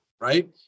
right